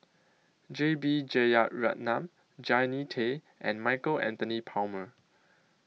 J B Jeyaretnam Jannie Tay and Michael Anthony Palmer